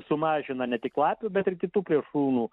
sumažina ne tik lapių bet ir kitų plėšrūnų